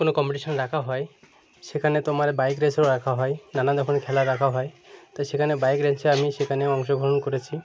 কোনও কম্পিটিশন রাখা হয় সেখানে তোমার বাইক রেসও রাখা হয় নানান রকম খেলা রাখা হয় তো সেখানে বাইক রেসে আমি সেখানেও অংশগ্রহণ করেছি